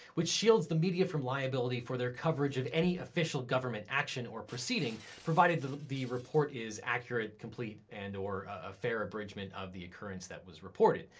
which shields the media from liability for their coverage of any official government action or proceeding, provided the the report is accurate, complete, and or a fair abridgement of the occurrence that was reported.